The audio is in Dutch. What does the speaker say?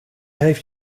heeft